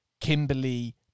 Kimberly